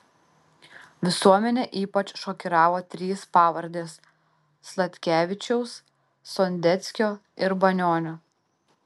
visuomenę ypač šokiravo trys pavardės sladkevičiaus sondeckio ir banionio